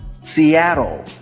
Seattle